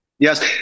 Yes